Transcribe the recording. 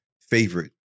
favorite